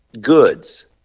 goods